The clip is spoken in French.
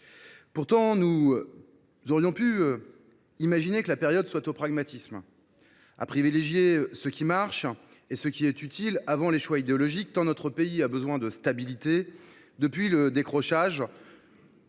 Pourtant, nous aurions pu imaginer que la période soit au pragmatisme, que l’on cherche à privilégier ce qui marche et ce qui est utile, plutôt que de faire des choix idéologiques, tant notre pays a besoin de stabilité depuis le décrochage